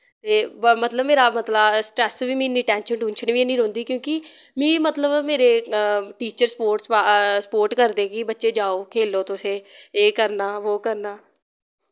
ते मतलव मेरा मतलव स्ट्रेस बी मिगी इन्नी टैंशन टुंशन वी निं रौंह्दी क्योंकि मिगी मतलव मेरे टीचर स्पोर्ट्स सपोर्ट करदे कि बच्चे जाओ खेलो तुस एह् एह् करना वो करना